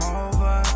over